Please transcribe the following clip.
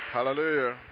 Hallelujah